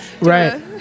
Right